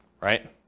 Right